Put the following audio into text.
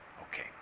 okay